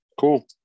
cool